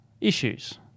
issues